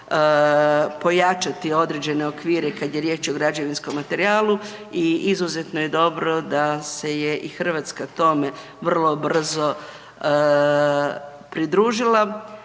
pojačati određene okvire kada je riječ o građevinskom materijalu. I izuzetno je dobro da se je i Hrvatska tome vrlo brzo pridružila